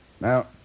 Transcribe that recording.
Now